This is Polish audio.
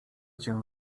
cię